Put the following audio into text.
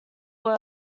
were